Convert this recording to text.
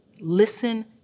listen